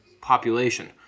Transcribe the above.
population